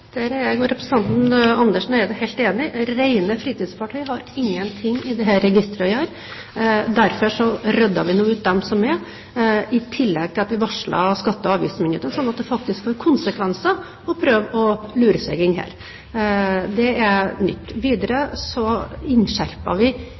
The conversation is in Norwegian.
Der er representanten Andersen Eide og jeg helt enige. Rene fritidsfartøy har ingenting i dette registeret å gjøre. Derfor rydder vi nå ut dem som er der, i tillegg til at vi varsler skatte- og avgiftsmyndighetene, slik at det faktisk får konsekvenser å prøve å lure seg inn her. Det er nytt. Videre